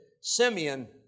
Simeon